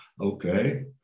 okay